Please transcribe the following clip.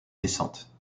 descente